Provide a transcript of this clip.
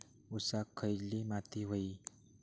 ऊसाक खयली माती व्हयी?